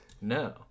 No